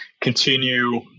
continue